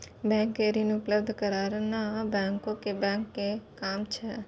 बैंको के ऋण उपलब्ध कराना बैंकरो के बैंक के काम छै